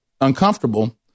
uncomfortable